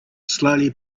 slowly